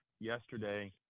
yesterday